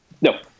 No